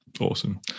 Awesome